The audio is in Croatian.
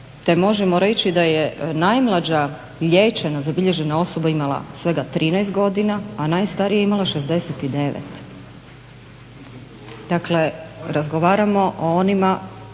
te možemo reći da je najmlađa liječena zabilježena osoba imala svega 13 godina, a najstarija je imala 69. Dakle, razgovaramo o onima